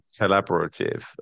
collaborative